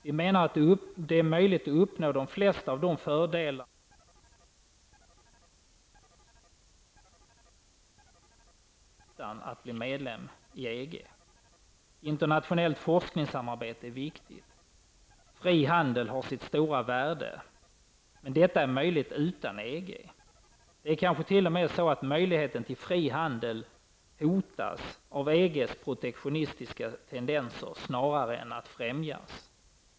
Vi menar att det är möjligt att uppnå de flesta fördelarna med ökat internationellt samarbete utan att bli medlem i EG. Internationellt forskningssamarbete är viktigt. Fri handel har sitt stora värde. Men detta är möjligt att uppnå utan EG. Det kanske till och med är så att möjligheten till fri handel hotas av EGs protektionistiska tendenser snarare än främjas.